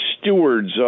stewards